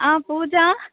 ആ പൂജാ